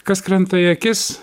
kas krenta į akis